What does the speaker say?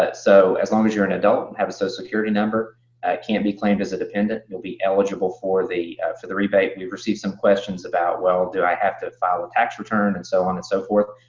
but so as long as you're an adult, have a social so security number, and can't be claimed as a dependent, you'll be eligible for the for the rebate. we've received some questions about, well, do i have to file a tax return, and so on and so forth?